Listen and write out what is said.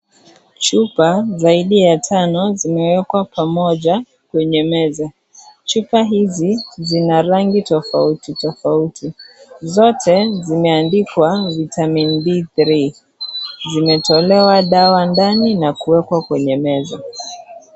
Chupa zaidi ya tano zimewekwa pamoja kwenye meza, chupa hizi zina rangi tofauti tofauti zote zimeandikwa vitamin d 3 zimetolewa dawa ndani na kuwekwa kwenye meza